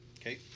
Okay